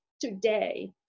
today